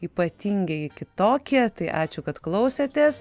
ypatingieji kitokie tai ačiū kad klausėtės